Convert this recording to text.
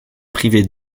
privé